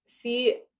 See